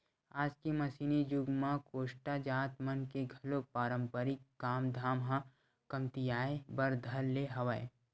आज के मसीनी जुग म कोस्टा जात मन के घलो पारंपरिक काम धाम ह कमतियाये बर धर ले हवय